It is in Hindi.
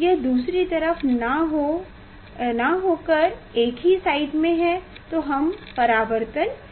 यह दूसरी तरफ न हो कर एक ही साइड में है तो हम परावर्तन कहते हैं